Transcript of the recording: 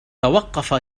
توقف